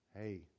hey